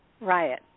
riot